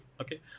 okay